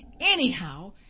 anyhow